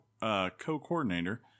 co-coordinator